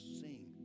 sing